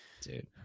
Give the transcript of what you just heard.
Dude